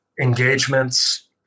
Engagements